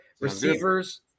receivers